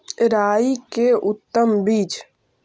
राई के उतम बिज?